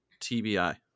tbi